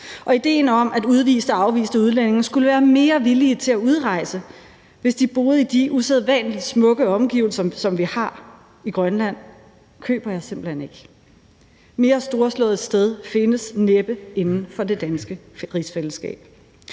Og idéen om, at udviste og afviste udlændinge skulle være mere villige til at udrejse, hvis de boede i de usædvanlig smukke omgivelser, som de har i Grønland, køber jeg simpelt hen ikke. Mere storslået sted findes næppe inden for det danske rigsfællesskab.